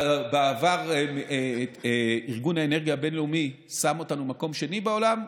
בעבר ארגון האנרגיה הבין-לאומי שם אותנו במקום השני בעולם,